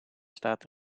staat